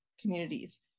communities